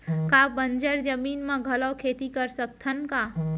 का बंजर जमीन म घलो खेती कर सकथन का?